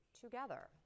together